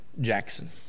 Jackson